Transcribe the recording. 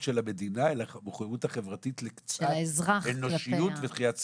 של המדינה אלא המחויבות החברתית לקצת אנושיות ודחיית סיפוקים,